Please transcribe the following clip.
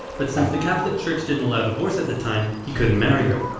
but since the catholic church didn't allow divorce at the time, he couldn't marry her.